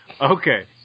Okay